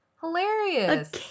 Hilarious